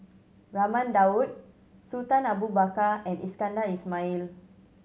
Raman Daud Sultan Abu Bakar and Iskandar Ismail